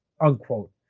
unquote